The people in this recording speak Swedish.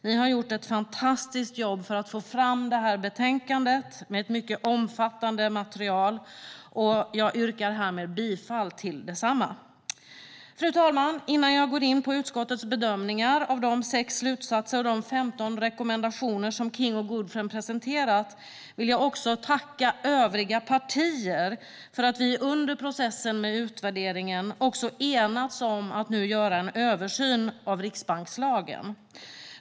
Ni har gjort ett fantastiskt jobb med ett mycket omfattande material för att få fram det här betänkandet. Jag yrkar härmed bifall till förslaget i detsamma. Fru talman! Innan jag går in på utskottets bedömningar av de sex slutsatser och de 15 rekommendationer som King och Goodfriend presenterat vill jag också tacka övriga partier för att vi under processen med utvärderingen enats om att göra en översyn av riksbankslagen.